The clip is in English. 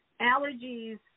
Allergies